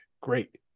great